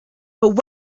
but